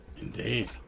indeed